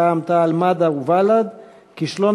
רע"ם-תע"ל-מד"ע ובל"ד בנושא: כישלון